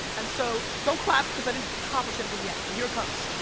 and so don't clap, cause i didnt accomplish anything yet, but here it comes.